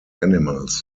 animals